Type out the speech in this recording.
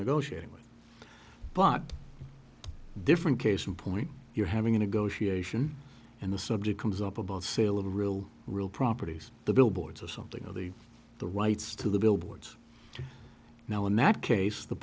negotiating with but different case in point you're having a negotiation and the subject comes up about the sale of real real properties the billboards or something of the the rights to the billboards now in that case the